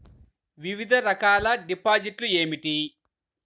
వివిధ రకాల డిపాజిట్లు ఏమిటీ?